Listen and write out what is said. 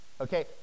okay